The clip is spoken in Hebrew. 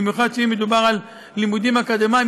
במיוחד שאם מדובר בלימודים אקדמיים,